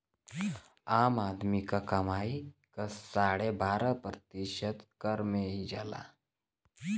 आम आदमी क कमाई क साढ़े बारह प्रतिशत कर में ही जाला